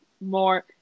more